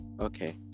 Okay